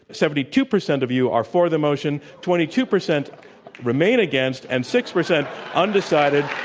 seventy two percent of you are for the motion, twenty two percent remain against, and six percent undecided.